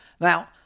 Now